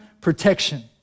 protection